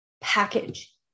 package